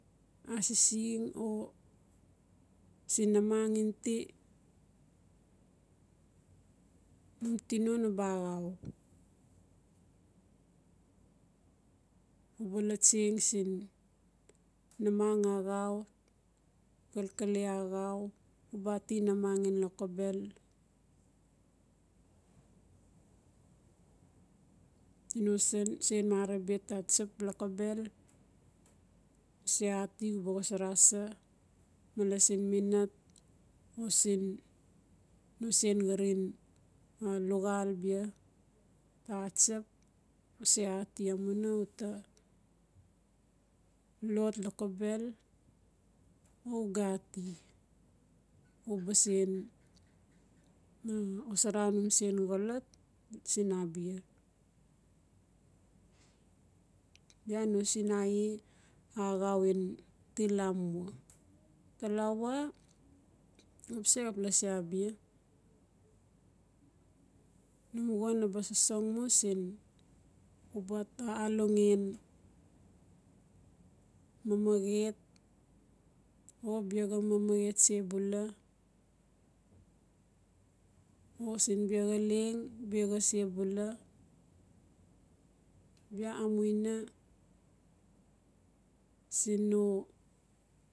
Asising, o siin namang ngan ti, num tino na ba axau. U ba latsang siin namang axau, xalkele axau u ba ati namang in lokobel no sa sen marang bia ta tsap lokobel, u se ati u ba wasara se male siin minat, o siin xarin luxal bia ta xa tsap u se ati a muna u ta lot lokobel o u ga ati u ba sen wasara num sen xolot siin a bia. Bia no sinae axau in til lamua talawa up se xap lasi a bia, num won naba sosong mu siin u ba alongan mamaret o bexa mamaret se bula o siin bexa leng bexa se bula bia amuna siin no.